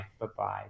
Bye-bye